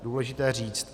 Důležité říct.